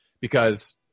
because-